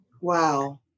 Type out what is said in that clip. Wow